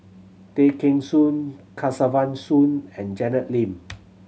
Tay Kheng Soon Kesavan Soon and Janet Lim